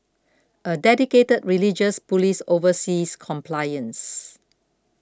a dedicated religious police oversees compliance